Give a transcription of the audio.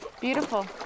beautiful